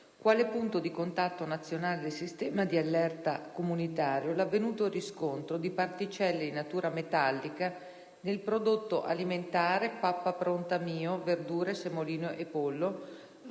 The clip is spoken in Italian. quale punto di contatto nazionale del sistema di allerta comunitario, l'avvenuto riscontro di particelle di natura metallica nel prodotto alimentare «Pappa pronta Mio verdure pollo e semolino»